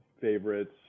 favorites